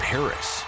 Paris